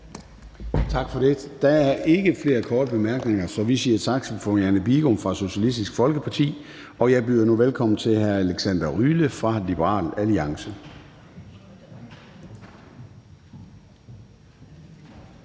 Tak for det. Der er ikke flere korte bemærkninger, så vi siger tak til fru Marianne Bigum fra Socialistisk Folkeparti. Jeg byder nu velkommen til hr. Alexander Ryle fra Liberal Alliance. Kl.